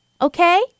okay